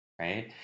right